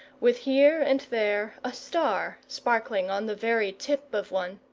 with here and there a star sparkling on the very tip of one.